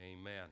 Amen